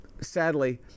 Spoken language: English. Sadly